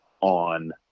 on